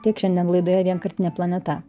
tiek šiandien laidoje vienkartinė planeta